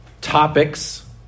topics